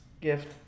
gift